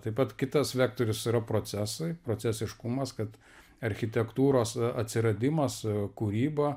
taip pat kitas vektorius yra procesai procesiškumas kad architektūros atsiradimas kūryba